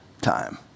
time